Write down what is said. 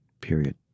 period